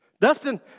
Dustin